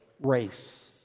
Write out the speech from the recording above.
race